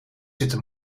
zitten